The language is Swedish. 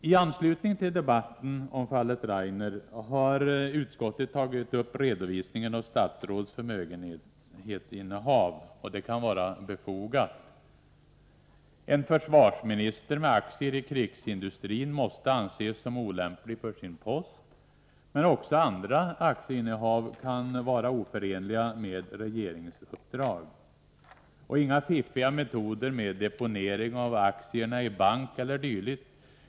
I anslutning till debatten om fallet Rainer har utskottet tagit upp redovisningen av statsråds förmögenhetsinnehav — det kan vara befogat. En försvarsminister med aktier i krigsindustrin måste anses som olämplig för sin post. Men också andra aktieinnehav kan vara oförenliga med regeringsuppdrag. Inga fiffiga metoder med deponering av aktierna i bank e.d.